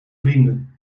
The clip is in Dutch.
vrienden